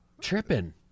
tripping